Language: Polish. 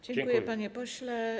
Dziękuję, panie pośle.